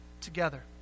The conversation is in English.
together